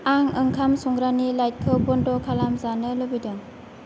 आं ओंखाम संग्रानि लाइटखौ बन्द' खालामजानो लुबैदों